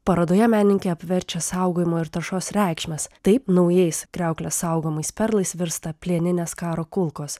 parodoje menininkė apverčia saugojimo ir taršos reikšmes taip naujais kriauklės saugomais perlais virsta plieninės karo kulkos